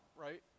right